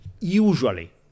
usually